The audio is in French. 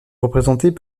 représentées